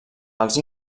els